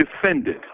defended